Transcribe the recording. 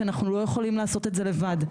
כי אנחנו לא יכולים לעשות את זה לבד.